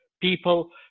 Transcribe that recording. People